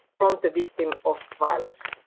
from the victim of violence?